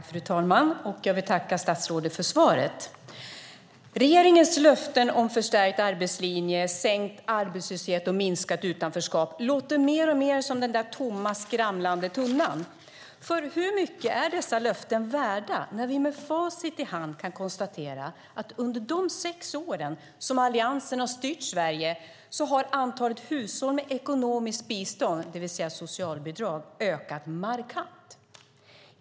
Fru talman! Jag vill tacka statsrådet för svaret. Regeringens löften om förstärkt arbetslinje, sänkt arbetslöshet och minskat utanförskap låter mer och mer som den där tomma skramlande tunnan. Hur mycket är dessa löften värda? Med facit i hand kan vi konstatera att under de sex år som Alliansen styrt Sverige har antalet hushåll med ekonomiskt bistånd, det vill säga socialbidrag, ökat markant.